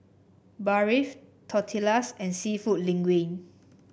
Barfi Tortillas and seafood Linguine